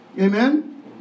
Amen